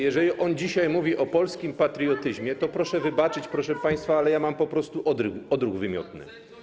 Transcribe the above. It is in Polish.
Jeżeli on dzisiaj mówi o polskim patriotyzmie, to proszę wybaczyć, proszę państwa, ale ja mam po prostu odruch wymiotny.